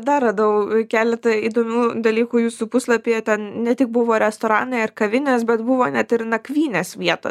dar radau keletą įdomių dalykų jūsų puslapyje ten ne tik buvo restoranai ar kavinės bet buvo net ir nakvynės vietos